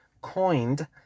coined